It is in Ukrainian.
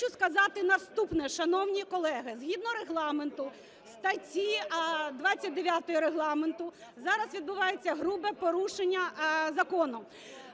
хочу сказати наступне. Шановні колеги, згідно Регламенту, статті 29 Регламенту зараз відбувається грубе порушення закону.